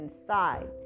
inside